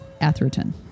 Atherton